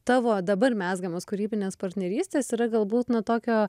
tavo dabar mezgamos kūrybinės partnerystės yra galbūt na tokio